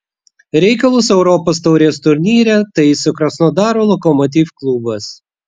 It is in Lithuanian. reikalus europos taurės turnyre taiso krasnodaro lokomotiv klubas